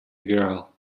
girl